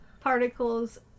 particles